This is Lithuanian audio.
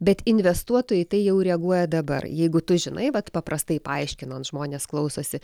bet investuotojai į tai jau reaguoja dabar jeigu tu žinai vat paprastai paaiškinan žmonės klausosi